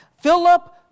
Philip